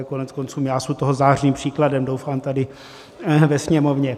Koneckonců já su toho zářným příkladem, doufám, tady ve Sněmovně.